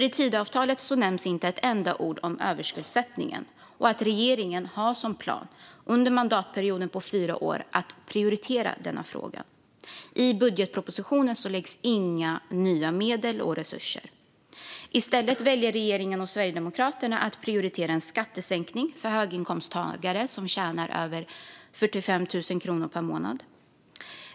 I Tidöavtalet nämns inte ett enda ord om överskuldsättningen eller att regeringen skulle ha som plan att prioritera denna fråga under mandatperioden på fyra år. I budgetpropositionen avsätts inga nya medel och resurser. I stället valde regeringen och Sverigedemokraterna att prioritera en skattesänkning för höginkomsttagare som tjänar över 45 000 kronor per månad.